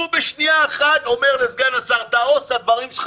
הוא בשנייה אחת אומר לסגן השר: תארוז את הדברים שלך,